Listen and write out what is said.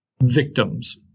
victims